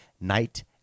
Night